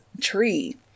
tree